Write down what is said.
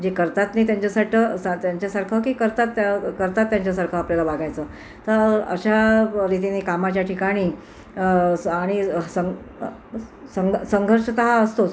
जे करतात नाही त्यांच्यासाटं सा त्यांच्यासारखं की करतात त्या करतात त्यांच्यासारखं आपल्याला वागायचं तर अशा रीतीने कामाच्या ठिकाणी आणि सं संग संघर्ष तर हा असतोच